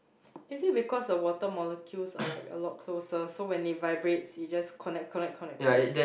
is it because of water molecules are like a lot closer so when they vibrates it justs connect connect connect connect